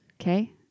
Okay